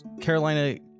Carolina